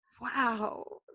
wow